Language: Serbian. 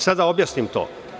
Sada da objasnim to.